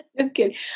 Okay